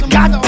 God